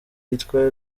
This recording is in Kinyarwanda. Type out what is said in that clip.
yitwa